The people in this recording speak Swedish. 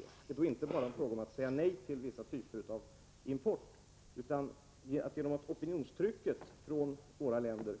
Men det är inte fråga om att säga nej till vissa typer av import, utan det är att genom opinionstrycket från våra länder